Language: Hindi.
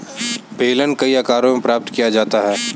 बेलन कई आकारों में प्राप्त किया जाता है